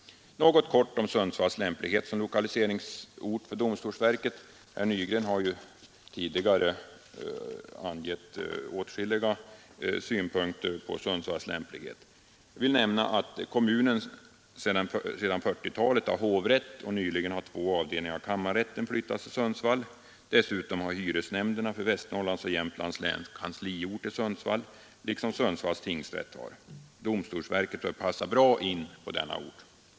Helt kort något om Sundsvalls lämplighet som lokaliseringsort för domstolsverket; herr Nygren har tidigare anfört åtskilliga synpunkter på den frågan. Kommunen har sedan 1940-talet hovrätt, och nyligen har två avdelningar av kammarrätten flyttats till Sundsvall. Dessutom har hyresnämnderna för Västernorrlands och Jämtlands län liksom Sundsvalls tingsrätt kansliort i Sundsvall. Domstolsverket bör passa bra in på denna ort.